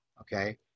okay